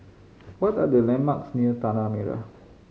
what are the landmarks near Tanah Merah